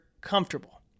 comfortable